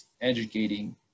educating